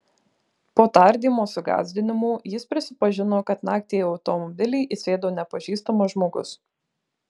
po tardymo su gąsdinimų jis prisipažino kad naktį į automobilį įsėdo nepažįstamas žmogus